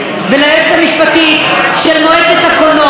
וליועצת המשפטית של מועצת הקולנוע.